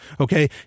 Okay